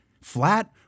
flat